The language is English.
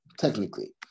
technically